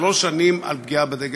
לשלוש שנים על פגיעה בדגל,